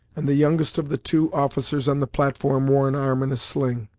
and the youngest of the two officers on the platform wore an arm in a sling.